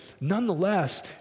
Nonetheless